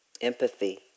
empathy